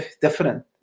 different